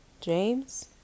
james